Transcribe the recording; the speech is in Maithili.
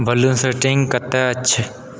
वॉल्यूम सेटिंग कतय अछि